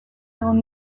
egon